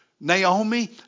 Naomi